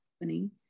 happening